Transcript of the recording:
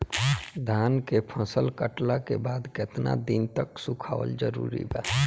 धान के फसल कटला के बाद केतना दिन तक सुखावल जरूरी बा?